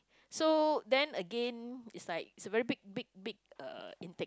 so then again it's like it's a very big big big uh intake